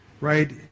right